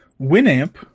Winamp